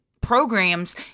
programs